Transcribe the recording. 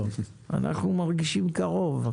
אנחנו מרגישים קרוב.